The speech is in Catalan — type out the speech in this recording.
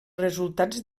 resultats